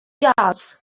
jazz